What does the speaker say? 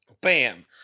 Bam